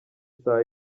saa